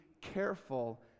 careful